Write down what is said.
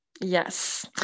Yes